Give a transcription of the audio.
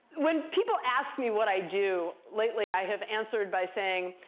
when people ask me what i do, lately, i have answered by saying,